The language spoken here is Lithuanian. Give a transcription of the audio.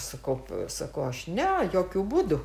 sakau sakau aš ne jokiu būdu